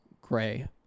Gray